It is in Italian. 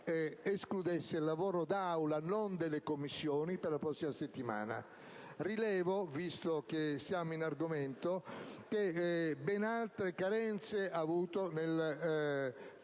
prevedesse sedute dell'Aula - non delle Commissioni - la prossima settimana. Rilevo, visto che siamo in argomento, che ben altre carenze ha mostrato nel